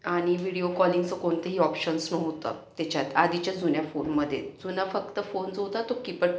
आणि व्हिडिओ कॉलिंगचं कोणतेही ऑप्शन्स नव्हतं त्याच्यात आधीच्या जुन्या फोनमध्ये जुना फक्त फोन जो होता तो किपट